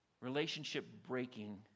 relationship-breaking